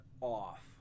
off